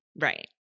Right